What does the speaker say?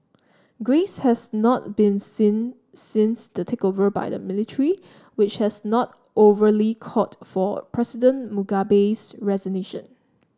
grace has not been seen since the takeover by the military which has not overly called for President Mugabe's resignation